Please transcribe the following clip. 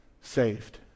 saved